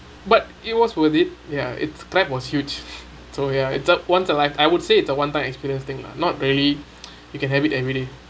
but it was worth it ya it's crab was huge so ya it's a once a life I would say it's a one time experience thing lah not really you can have it everyday